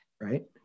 right